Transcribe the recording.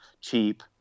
cheap